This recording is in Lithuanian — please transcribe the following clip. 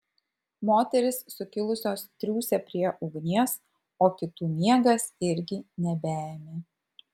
moterys sukilusios triūsė prie ugnies o kitų miegas irgi nebeėmė